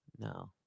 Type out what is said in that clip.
No